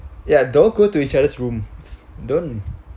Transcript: ya don't go to each other's room don't